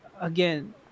again